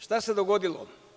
Šta se dogodilo?